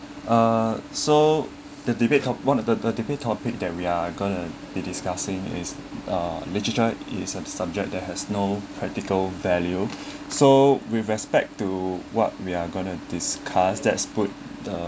uh so the debate top~ one of th~ the topic that we are gonna be discussing is uh literature is a subject that has no practical value so with respect to what we are gonna discuss let's put the